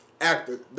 actor